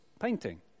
painting